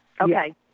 Okay